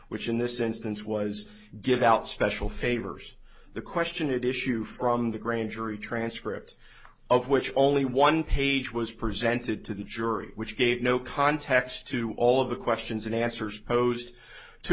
which in this instance was give out special favors the question it issue from the grand jury transcripts of which only one page was presented to the jury which gave no context to all of the questions and answers posed to